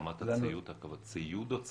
רמת הציות או הציוד?